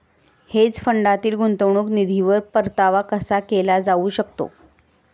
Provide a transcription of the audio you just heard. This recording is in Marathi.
हेज फंडातील गुंतवणूक निधीवर परतावा कसा केला जाऊ शकतो?